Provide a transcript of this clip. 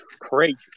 Crazy